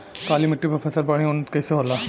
काली मिट्टी पर फसल बढ़िया उन्नत कैसे होला?